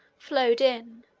flowed in,